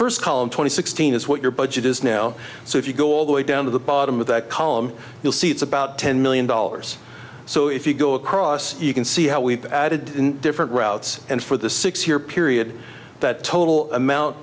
first column twenty sixteen is what your budget is now so if you go all the way down to the bottom of that column you'll see it's about ten million dollars so if you go across you can see how we've added different routes and for the six year period that total amount